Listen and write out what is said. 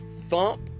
Thump